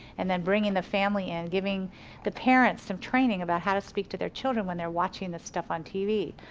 and then bringing the family in, giving the parents some training about how to speak to their children when they're watching this stuff on tv.